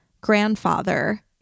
grandfather